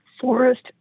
forest